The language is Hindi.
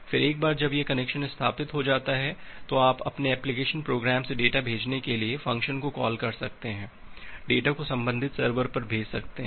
फिर एक बार जब यह कनेक्शन स्थापित हो जाता है तो आप अपने एप्लिकेशन प्रोग्राम से डेटा भेजने के लिए फ़ंक्शन को कॉल कर सकते हैं डेटा को संबंधित सर्वर पर भेज सकते हैं